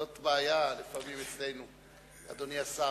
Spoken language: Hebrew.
זו בעיה לפעמים אצלנו בפוליטיקה,